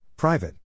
Private